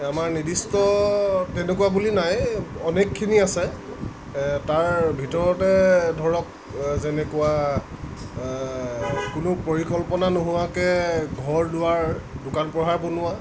আমাৰ নিৰ্দিষ্ট তেনেকুৱা বুলি নাই অনেকখিনি আছে তাৰ ভিতৰতে ধৰক যেনেকুৱা কোনো পৰিকল্পনা নোহোৱাকৈ ঘৰ দুৱাৰ দোকান পোহাৰ বনোৱা